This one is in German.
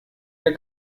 der